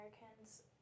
americans